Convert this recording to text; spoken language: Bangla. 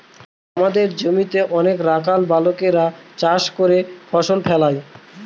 আমাদের জমিতে অনেক রাখাল বালকেরা চাষ করে ফসল ফলায়